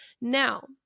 Now